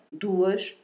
duas